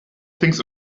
things